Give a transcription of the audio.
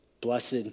Blessed